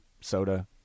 soda